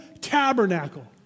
tabernacle